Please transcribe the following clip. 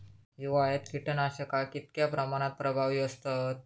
हिवाळ्यात कीटकनाशका कीतक्या प्रमाणात प्रभावी असतत?